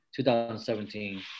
2017